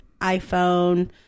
iPhone